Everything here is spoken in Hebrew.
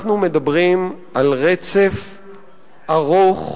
אנחנו מדברים על רצף ארוך,